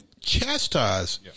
chastise